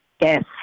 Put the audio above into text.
Yes